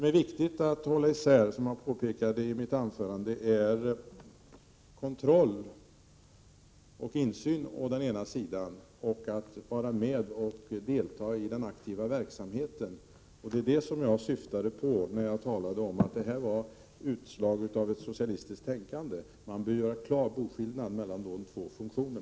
Herr talman! Det som är viktigt att hålla isär, vilket jag påpekat i mitt anförande, är att man har kontroll och insyn å ena sidan och att man är med och deltar i den aktiva verksamheten å andra sidan. Det var detta jag syftade på när jag talade om att det var ett utslag av ett socialistiskt tänkande. Man bör göra en klar boskillnad mellan dessa två funktioner.